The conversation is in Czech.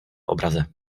obraze